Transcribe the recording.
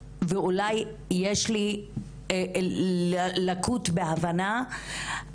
ואולי יש לי לקות בהבנה,